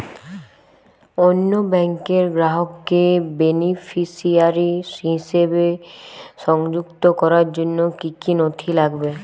অন্য ব্যাংকের গ্রাহককে বেনিফিসিয়ারি হিসেবে সংযুক্ত করার জন্য কী কী নথি লাগবে?